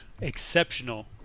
exceptional